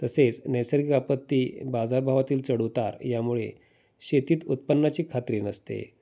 तसेच नैसर्गिक आपत्ती बाजारभावातील चढउतार यामुळे शेतीत उत्पन्नाची खात्री नसते